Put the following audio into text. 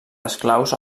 esclaus